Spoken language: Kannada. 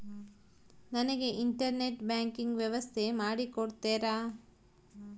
ನನಗೆ ಇಂಟರ್ನೆಟ್ ಬ್ಯಾಂಕಿಂಗ್ ವ್ಯವಸ್ಥೆ ಮಾಡಿ ಕೊಡ್ತೇರಾ?